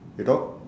you know